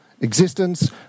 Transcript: existence